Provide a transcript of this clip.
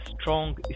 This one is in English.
strong